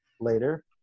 later